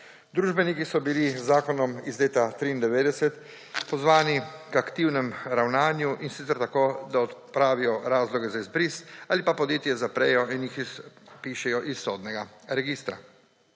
Družbeniki so bili z zakonom iz leta 1993 pozvani k aktivnemu ravnanju, in sicer tako, da odpravijo razloge za izbris ali pa podjetje zaprejo in izpišejo iz sodnega registra.